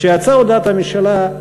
כשיצאה הודעת הממשלה,